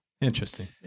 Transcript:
Interesting